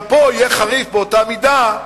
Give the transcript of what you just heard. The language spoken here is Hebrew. גם פה יהיה חריף באותה מידה,